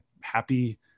Happy